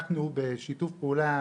אנחנו בשיתוף פעולה,